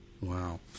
Wow